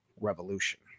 Revolution